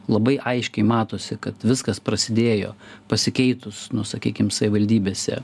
labai aiškiai matosi kad viskas prasidėjo pasikeitus nu sakykim savivaldybėse